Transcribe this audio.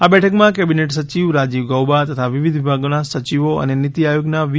આ બેઠકમાં કેબિનેટ સચિવ રાજીવ ગૌબા તથા વિવિધ વિભાગોના સચિવો અને નીતિઆયોગના વી